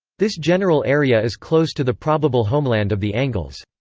this general area is close to the probable homeland of the angles.